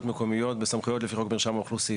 מקומיות וסמכויות לפי חוק מרשם האוכלוסין.